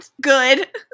Good